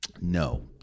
No